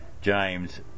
James